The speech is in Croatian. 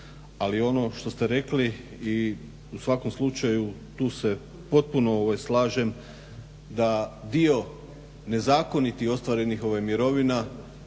Ali ono što ste rekli i u svakom slučaju tu se potpuno slažem da dio nezakonitih mirovina,